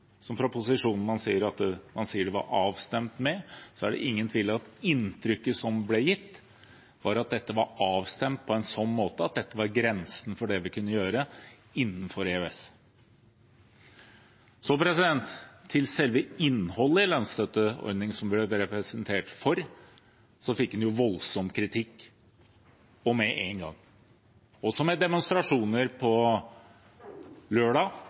som kom fra posisjonen, er at man sier at det var «avstemt med», er det ingen tvil om at inntrykket som ble gitt, var at dette var avstemt på en sånn måte at det var grensen for det vi kunne gjøre innenfor EØS. Så til selve innholdet i lønnsstøtteordningen som vi ble presentert for: Den fikk jo voldsom kritikk, og med én gang, også med demonstrasjoner på lørdag,